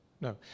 No